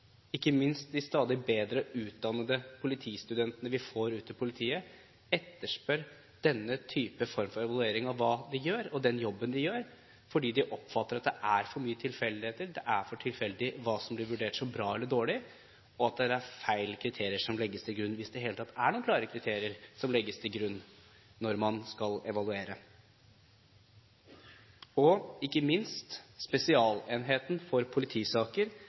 ikke minst de stadig bedre utdannede politistudentene vi får ut i politiet, etterspør denne form for evaluering av hva de gjør, av den jobben de gjør. De oppfatter at det er for mye tilfeldigheter, det er for tilfeldig hva som blir vurdert som bra eller dårlig, og at det er feil kriterier som legges til grunn – hvis det i det hele tatt er noen klare kriterier som legges til grunn når man skal evaluere. Ikke minst er Spesialenheten for politisaker